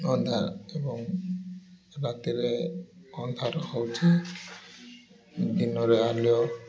ଅନ୍ଧାର ଏବଂ ରାତିରେ ଅନ୍ଧାର ହେଉଛି ଦିନରେ ଆଲୁଅ